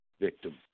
victim